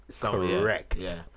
Correct